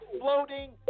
floating